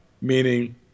meaning